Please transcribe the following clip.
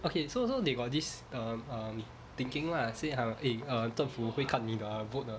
okay so so they got this um um thinking lah say how eh err 政府会看你的 vote 的